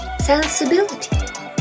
Sensibility